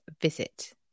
visit